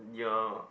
your